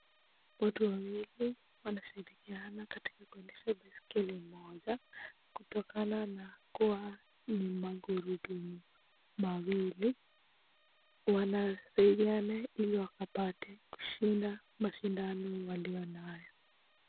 Watu wawili wanashirikiana katika kuendesha baiskeli moja kutokana na kuwa ni magurudumu mawili. Wanasaidiana ili wakapate kushinda mashindano walio nayo.